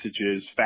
messages